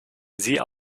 sie